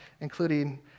including